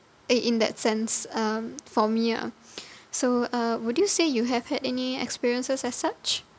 eh in that sense um for me ah so uh would you say you have had any experiences as such